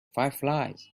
fireflies